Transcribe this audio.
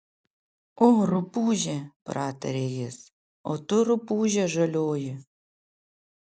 o rupūže pratarė jis o tu rupūže žalioji